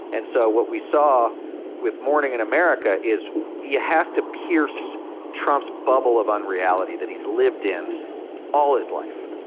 and so what we saw with morning in america is you have to pierce trump's bubble of unreality that he's lived in all his life.